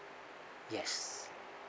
yes